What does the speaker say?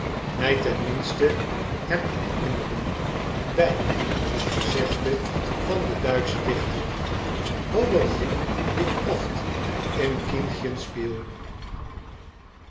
mij ten minste herinneren beide aan het gezegde van den duitschen dichter hoher sinn liegt oft in kindschem spiel